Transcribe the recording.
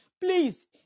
please